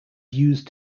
used